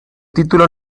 título